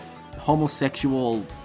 homosexual